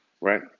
right